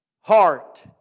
heart